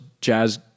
jazz